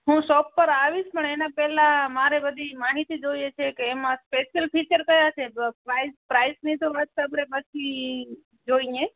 હું શૉપ પર આવીશ પણ એનાં પહેલાંં મારે બધી માહિતી જોઈએ છે કે એમાં સ્પેસીઅલ ફીચર ક્યાં છે પ પ્રાઇસ પ્રાઈસની તો વાત આપણે પછી જોઈએ